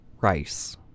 Rice